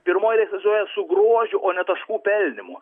pirmoj eilėj asocijuojas su grožiu o ne taškų pelnymu